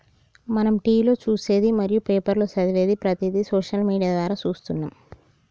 మనం టీవీలో చూసేది మరియు పేపర్లో చదివేది ప్రతిదీ సోషల్ మీడియా ద్వారా చూస్తున్నాము